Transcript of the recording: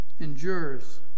endures